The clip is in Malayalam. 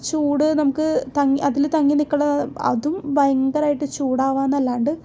ചൂട് നമുക്ക് തങ്ങി അതില് തങ്ങി നിൽക്കുന്ന അതും ഭയങ്കരമായിട്ട് ചൂടാവുക എന്നല്ലാണ്ട്